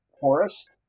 forest